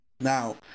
Now